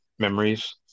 memories